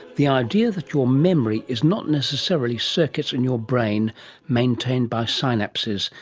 the idea that your memory is not necessarily circuits in your brain maintained by synapses,